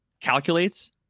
calculates